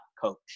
coach